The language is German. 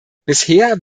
bisher